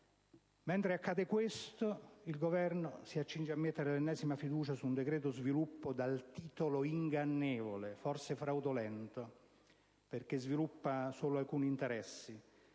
Mentre accade questo, il Governo si accinge a mettere l'ennesima fiducia sul decreto sviluppo, dal titolo ingannevole, forse fraudolento, perché sviluppa solo alcuni interessi,